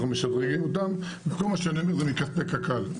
אנחנו משדרגים אותן וכל מה ש- -- זה מכספי קק"ל.